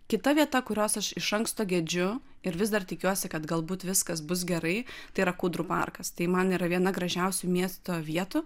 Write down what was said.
kita vieta kurios aš iš anksto gedžiu ir vis dar tikiuosi kad galbūt viskas bus gerai tai yra kūdrų parkas tai man yra viena gražiausių miesto vietų